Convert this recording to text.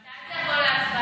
אדוני השר, מתי זה יבוא להצבעה?